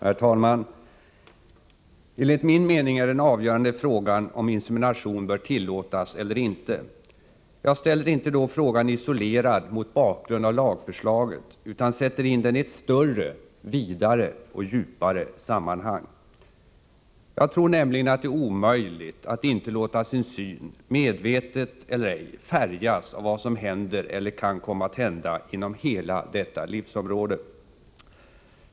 Herr talman! Enligt min mening är den avgörande frågan, om insemination bör tillåtas eller inte. Jag ställer inte då frågan isolerad mot bakgrund av lagförslaget utan sätter in den i ett större, vidare och djupare sammanhang. Jag tror nämligen att det är omöjligt att inte låta sin syn — medvetet eller ej — färgas av vad som händer eller kan komma att hända inom hela detta livsområde.